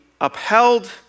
upheld